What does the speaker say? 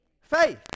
faith